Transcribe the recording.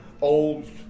old